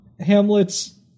Hamlet's